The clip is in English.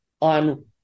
on